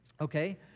Okay